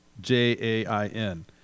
J-A-I-N